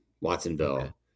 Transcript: watsonville